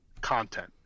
content